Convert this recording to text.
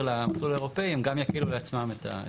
למסלול האירופי הם גם יקבלו לעצמם את העומס.